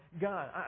God